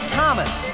Thomas